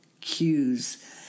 cues